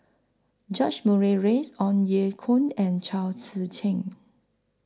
George Murray Reith Ong Ye Kung and Chao Tzee Cheng